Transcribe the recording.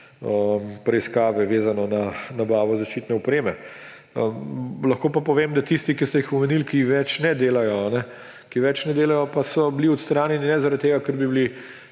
preiskave, vezano na nabavo zaščitne opreme. Lahko pa povem, da tisti, ki ste jih omenili, ki več ne delajo, ki več ne delajo, pa niso bili odstranjeni zaradi tega, ker bi bili,